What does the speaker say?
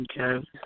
Okay